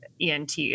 ENT